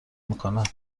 میکنند